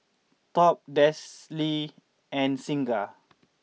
Top Delsey and Singha